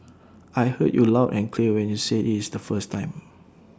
I heard you loud and clear when you said it's the first time